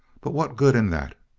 but what good in that?